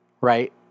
right